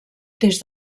des